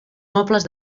mobles